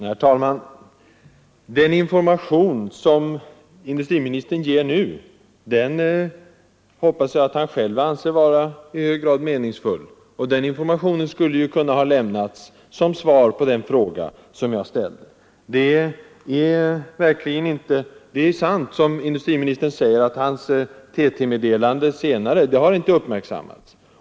Herr talman! Den information som industriministern nu gav hoppas jag att han själv anser vara i hög grad meningsfull, Den informationen skulle ju ha kunnat lämnats som svar på den fråga jag ställde den 22 april. Det är riktigt som industriministern säger, att hans senare TT-meddelande inte har uppmärksammats.